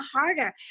harder